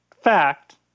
fact